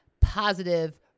positive